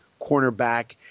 cornerback